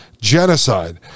genocide